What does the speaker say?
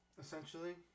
essentially